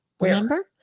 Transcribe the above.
Remember